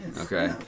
Okay